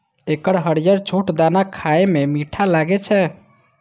एकर हरियर छोट दाना खाए मे मीठ लागै छै